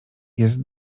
jest